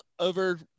Over